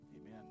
Amen